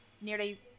nearly